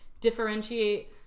differentiate